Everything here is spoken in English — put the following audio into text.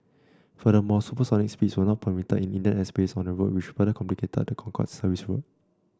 furthermore supersonic speeds were not permitted in Indian airspace on the route which further complicated the Concorde service's route